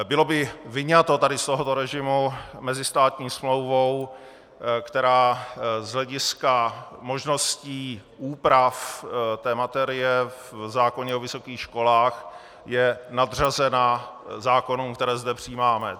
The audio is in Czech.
Bylo by vyňato z tohoto režimu mezistátní smlouvou, která z hlediska možností úprav materie v zákoně o vysokých školách je nadřazena zákonům, které zde přijímáme.